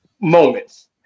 moments